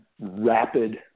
rapid